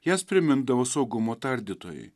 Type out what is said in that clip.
jas primindavo saugumo tardytojai